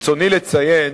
ברצוני לציין